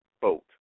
vote